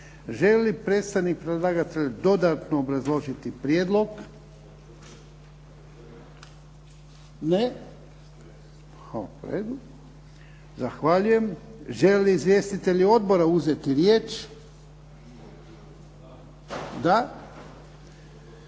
li predstavnik predlagatelja dodatno obrazložiti prijedlog? Ne. Zahvaljujem. Žele li izvjestitelji odbora uzeti riječ? Da.